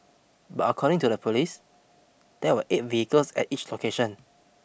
but according to the police there were eight vehicles at each location